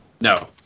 No